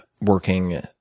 working